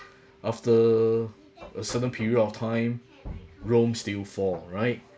after a certain period of time rome still fall right